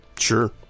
Sure